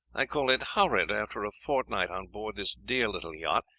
i call it horrid, after a fortnight on board this dear little yacht,